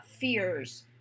fears